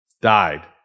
died